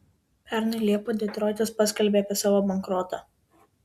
pernai liepą detroitas paskelbė apie savo bankrotą